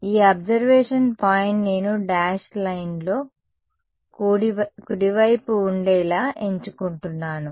ఈ observation point నేను dash లైన్లో కుడివైపు ఉండేలా ఎంచుకుంటున్నాను